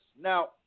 Now